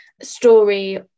story